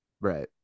Right